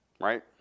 right